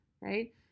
right